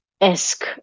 esque